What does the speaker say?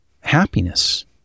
happiness